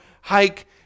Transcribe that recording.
hike